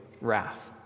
wrath